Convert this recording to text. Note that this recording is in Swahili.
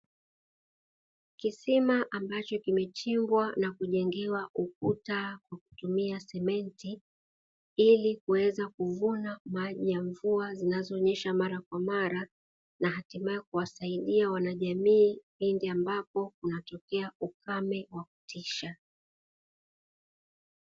Kisima ambacho kimechimbwa na kujengewa ukuta kwa kutumia simenti ili kuweza kuvuna maji ya mvua zinazonyesha mara kwa mara, na hatimaye kuwasaidia wanajamii pindi ambapo unatokea ukame wa kutisha.